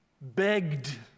begged